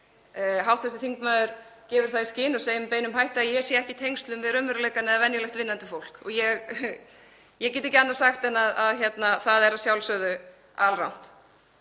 Hv. þingmaður gefur það í skyn og segir með beinum hætti að ég sé ekki í tengslum við raunveruleikann eða venjulegt vinnandi fólk. Ég get ekki annað sagt en að það er að sjálfsögðu alrangt.